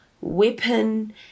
weapon